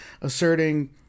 asserting